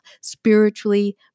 spiritually